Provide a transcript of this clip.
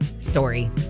story